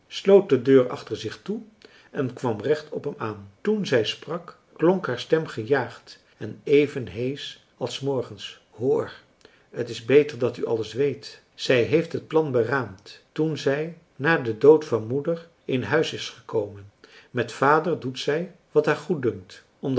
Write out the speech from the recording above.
de deur achter zich toe en kwam recht op hem aan toen zij sprak klonk haar stem gejaagd en even heesch als s morgens marcellus emants een drietal novellen hoor t is beter dat u alles weet zij heeft het plan beraamd toen zij na den dood van moeder in huis is gekomen met vader doet zij wat haar